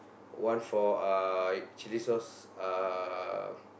one for uh chilli sauce uh